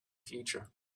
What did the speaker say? future